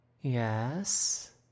Yes